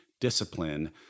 discipline